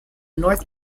north